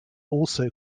also